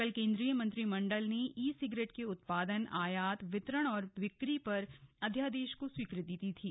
कल केन्द्रीय मंत्रिमण्डल ने ई सिगरेट के उत्पादन आयात वितरण और बिक्री पर अध्यादेश को स्वीकृति दी थी